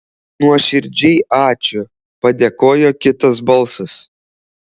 nuoširdžiai ačiū padėkojo kitas balsas